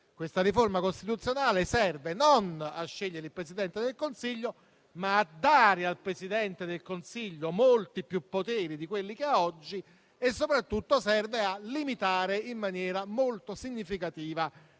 Questa riforma costituzionale serve non a scegliere il Presidente del Consiglio, ma a dare al Presidente del Consiglio molti più poteri di quelli che ha oggi e, soprattutto, serve a limitare in maniera molto significativa